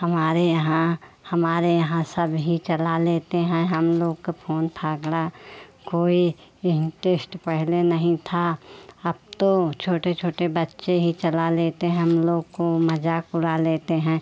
हमारे यहाँ हमारे यहाँ सब ही चला लेते हैं हम लोग का फोन फागड़ा कोई इंटिस्ट पहले नहीं था अब तो छोटे छोटे बच्चे ही चला लेते हैं हम लोग को मज़ाक उड़ा लेते हैं